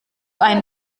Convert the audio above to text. einen